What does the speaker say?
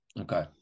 Okay